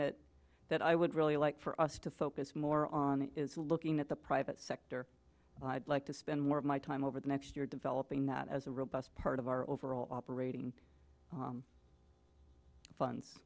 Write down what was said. that that i would really like for us to focus more on is looking at the private sector i'd like to spend more of my time over the next year developing that as a robust part of our overall operating funds